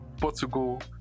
Portugal